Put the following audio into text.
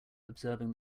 observing